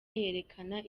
yerekana